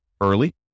early